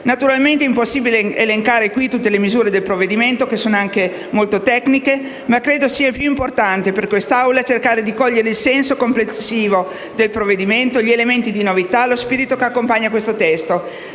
Naturalmente è impossibile elencare qui tutte le misure del provvedimento, che sono anche molto tecniche, ma credo sia più importante per quest'Assemblea cercare di cogliere il senso complessivo del provvedimento, gli elementi di novità, lo spirito che accompagna questo testo;